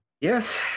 Yes